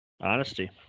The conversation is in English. Honesty